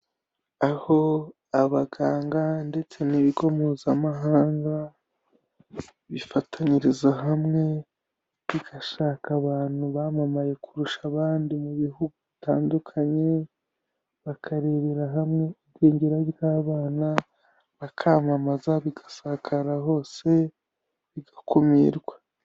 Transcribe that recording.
Aho abaganga ndetse n'ibigo Mpuzamahanga bifatanyiriza hamwe, bigashaka abantu bamamaye kurusha abandi mu bihugu bitandukanye, bakarebera hamwe igwingira ry'abana, bakamamaza bigasakara hose bigakumirwa.